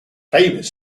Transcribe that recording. famous